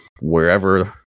wherever